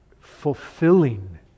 Fulfilling